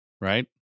right